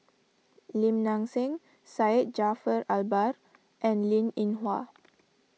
Lim Nang Seng Syed Jaafar Albar and Linn in Hua